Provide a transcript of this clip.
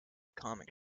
comic